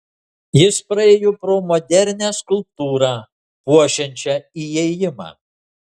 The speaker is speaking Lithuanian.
jis praėjo pro modernią skulptūrą puošiančią įėjimą